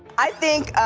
i think,